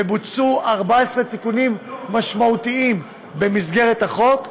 ובוצעו 14 תיקונים משמעותיים במסגרת החוק,